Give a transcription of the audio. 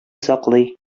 саклый